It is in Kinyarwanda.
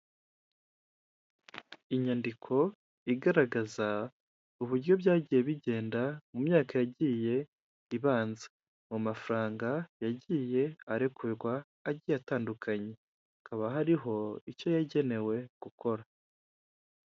Imodoka yo mu bwoko bwa dayihatsu yifashishwa mu gutwara imizigo ifite ibara ry'ubururu ndetse n'igisanduku cy'ibyuma iparitse iruhande rw'umuhanda, aho itegereje gushyirwamo imizigo. Izi modoka zikaba zifashishwa mu kworoshya serivisi z'ubwikorezi hirya no hino mu gihugu. Aho zifashishwa mu kugeza ibintu mu bice bitandukanye by'igihugu.